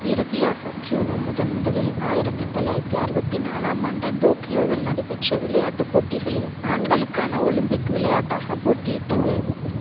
இறுதியாக ஜூடோ முதன்முதலில் ஆயிரத்து தொள்ளாயிரத்து அறுபத்தி நாலாம் ஆண்டு டோக்கியோவில் நடைபெற்ற விளையாட்டுப் போட்டிகளில் ஆண்களுக்கான ஒலிம்பிக் விளையாட்டாக போட்டியிட்டது